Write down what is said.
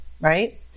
right